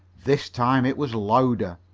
this time it was louder.